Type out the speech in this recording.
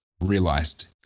realised